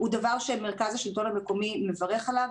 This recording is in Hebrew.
זה דבר שמרכז השלטון המקומי מברך עליו